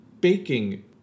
baking